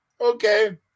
okay